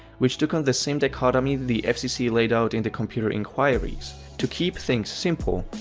which took on the same dichotomy the fcc laid out in the computer inquires. to keep things simple,